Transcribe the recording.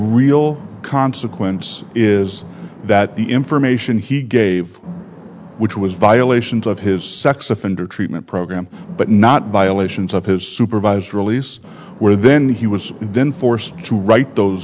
real consequence is that the information he gave which was violations of his sex offender treatment program but not by elations of his supervisor these were then he was then forced to write those